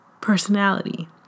personality